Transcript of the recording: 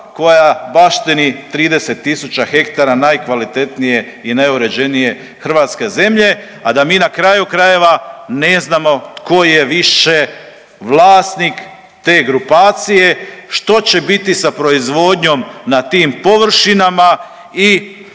koja baštini 30 tisuća hektara najkvalitetnije i najuređenije hrvatske zemlje, a da mi na kraju krajeva, ne znamo tko je više vlasnik te grupacije, što će biti sa proizvodnjom na tim površinama i